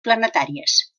planetàries